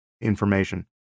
information